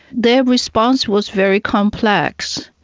their response was very complex.